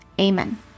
Amen